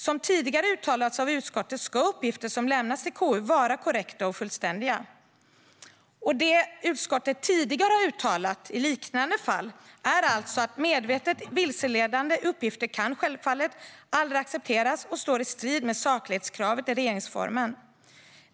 Som tidigare uttalats av utskottet ska uppgifter som lämnas till KU vara korrekta och fullständiga. Och det utskottet tidigare har uttalat i liknande fall är alltså att medvetet vilseledande uppgifter självfallet aldrig kan accepteras. Det står i strid med saklighetskravet i regeringsformen.